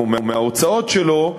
מההוצאות שלו,